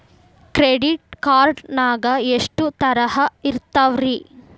Credit card ನಾಗ ಎಷ್ಟು ತರಹ ಇರ್ತಾವ್ರಿ?